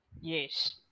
Yes